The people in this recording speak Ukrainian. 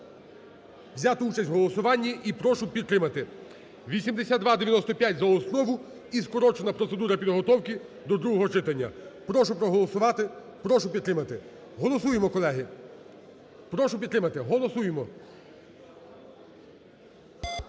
взяти участь у голосуванні і прошу підтримати 8295 за основу, і скорочена процедура підготовки до другого читання. Прошу проголосувати, прошу підтримати. Голосуємо, колеги. Прошу підтримати, голосуємо.